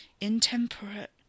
Intemperate